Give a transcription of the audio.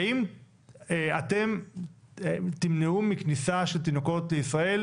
האם אתם תמנעו כניסה של תינוקות לישראל,